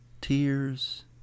tears